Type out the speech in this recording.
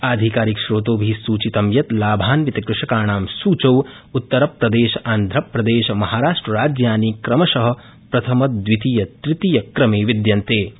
आधिकारिकस्रोतोभि सूचितं यत् लाभान्वितकृषकाणां सूचौ उत्तरप्रदेश आन्ध्रप्रदेश महाराष्ट्र राज्यानि क्रमश प्रथम द्वितीय तृतीयक्रमे विद्यन्ते